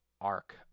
arc